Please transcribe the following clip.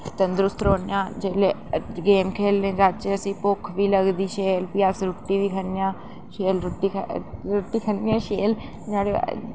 तंदरुस्त रौह्ने आं जेल्लै गेम खेढने जाह्चै असें भुक्ख बी लगदी शैल फ्ही अस रुट्टी बी खन्ने आं शैल रुट्टी ख रुट्टी खन्ने आं शैल नुआढ़े बाद